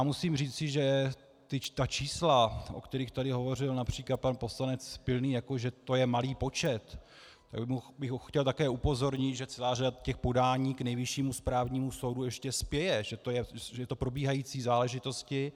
Musím říci, že ta čísla, o kterých tady hovořil například pan poslanec Pilný, jako že to je malý počet, tak bych ho chtěl také upozornit, že celá řada těch podání k Nejvyššímu správnímu soudu ještě spěje, že to jsou probíhající záležitosti.